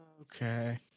Okay